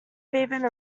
even